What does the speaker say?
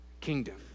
kingdom